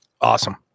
Awesome